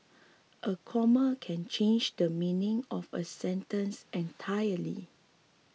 a comma can change the meaning of a sentence entirely